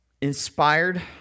inspired